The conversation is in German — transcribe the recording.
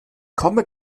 komme